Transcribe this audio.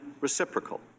reciprocal